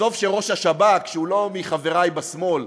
עזוב שראש השב"כ, שהוא לא מחברי בשמאל,